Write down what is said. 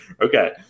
Okay